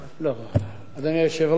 אדוני היושב-ראש,